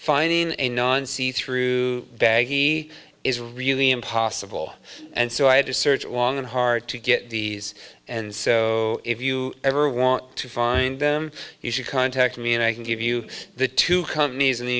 finding a non si through bag he is really impossible and so i had to search one hard to get these and so if you ever want to find them you should contact me and i can give you the two companies in the